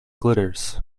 glitters